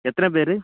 எத்தனை பேர்